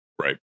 Right